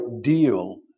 deal